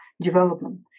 development